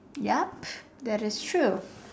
yup that is true